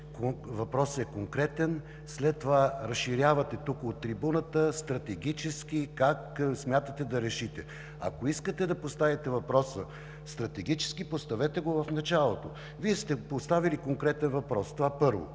Въпросът е конкретен, а след това от трибуната го разширявате, стратегически как смятате да решите. Ако искате да поставите въпроса стратегически, поставете го в началото. Вие сте поставили конкретен въпрос, това – първо.